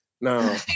no